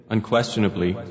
Unquestionably